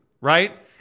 right